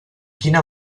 quina